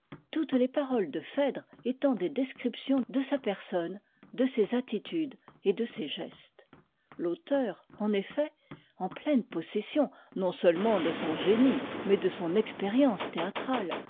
toutes les paroles de phèdre étant des descriptions de sa personne de ses attitudes et de ses gestes l'auteur en effet en pleine possession non seulement de son génie mais de son expérience théâtrale